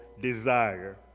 desire